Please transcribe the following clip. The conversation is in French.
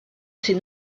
ses